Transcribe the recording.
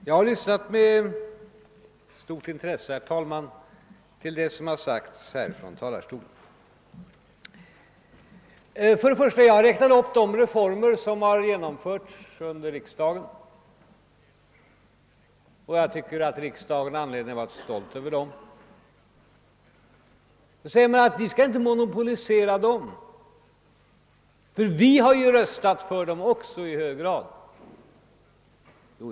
Herr talman! Jag har med stort intresse lyssnat på det som har sagts här från talarstolen. Jag räknade upp de reformer som har genomförts under riksdagen, och jag tycker att riksdagen har anledning att vara stolt över dem. Oppositionen säger att vi inte skall monopolisera dem eftersom oppositionen i stor utsträckning har röstat för dem.